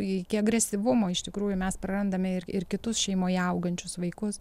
iki agresyvumo iš tikrųjų mes prarandame ir ir kitus šeimoje augančius vaikus